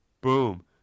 Boom